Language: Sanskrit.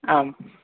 आं